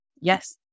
Yes